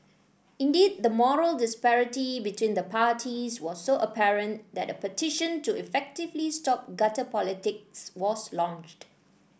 indeed the moral disparity between the parties was so apparent that a petition to effectively stop gutter politics was launched